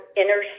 inner